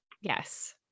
Yes